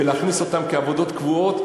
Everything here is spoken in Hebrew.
ולהכניס אותם לעבודות קבועות,